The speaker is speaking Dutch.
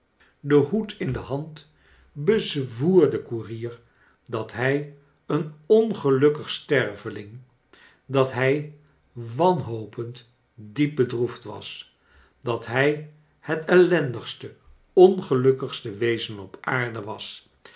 den hoed in de hand bezwoer den koerier dat hij een ongelukkige sterveling dat hij wanhopend diep bedroefd was dat hij het ellendigste ongelukkigste wezen op aarde was